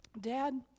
Dad